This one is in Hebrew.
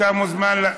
אתה מוזמן.